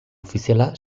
ofiziala